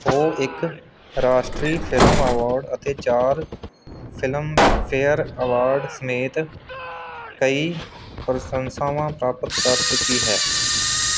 ਉਹ ਇੱਕ ਰਾਸ਼ਟਰੀ ਫਿਲਮ ਅਵਾਰਡ ਅਤੇ ਚਾਰ ਫਿਲਮਫੇਅਰ ਅਵਾਰਡ ਸਮੇਤ ਕਈ ਪ੍ਰਸ਼ੰਸਾਵਾਂ ਪ੍ਰਾਪਤ ਕਰ ਚੁੱਕੀ ਹੈ